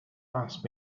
asked